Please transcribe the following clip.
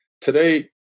today